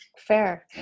fair